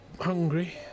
hungry